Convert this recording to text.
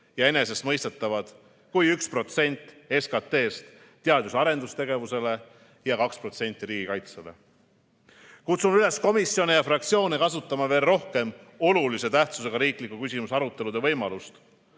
ja enesestmõistetavad kui 1% SKT-st teadus- ja arendustegevusele ning 2% riigikaitsele. Kutsun üles komisjone ja fraktsioone kasutama veel rohkem olulise tähtsusega riikliku küsimuse arutelu võimalust.